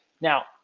Now